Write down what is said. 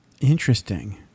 Interesting